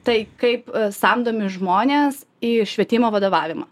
tai kaip samdomi žmonės į švietimo vadovavimą